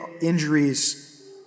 injuries